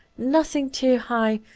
nothing too high,